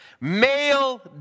male